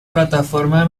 plataforma